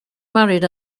married